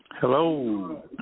Hello